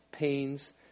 pains